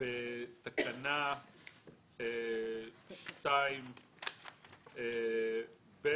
בתקנה 2(ב),